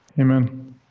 Amen